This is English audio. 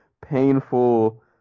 painful